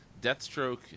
Deathstroke